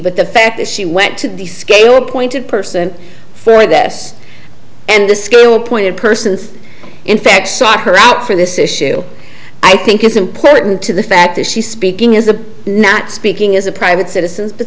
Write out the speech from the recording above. but the fact that she went to the scale appointed person for this and the school appointed person in fact sought her out for this issue i think it's important to the fact that she's speaking is a not speaking as a private citizens